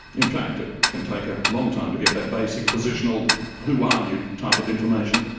in fact, it can take a long time to get that basic positional who are you type of information,